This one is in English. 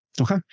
Okay